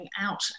out